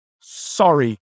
sorry